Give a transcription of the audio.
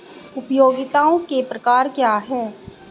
उपयोगिताओं के प्रकार क्या हैं?